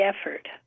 effort